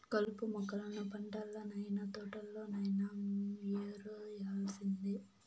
కలుపు మొక్కలను పంటల్లనైన, తోటల్లోనైన యేరేయాల్సిందే